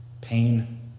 pain